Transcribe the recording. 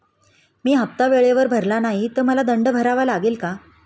मी हफ्ता वेळेवर भरला नाही तर मला दंड भरावा लागेल का?